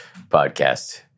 podcast